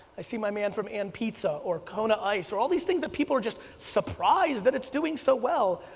i see my man from ann pizza or kona ice or all these things that people are just surprised that it's doing so well.